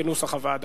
כנוסח הוועדה.